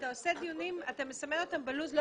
אתה קובע דיונים ומסמן אותם בלוח הזמנים.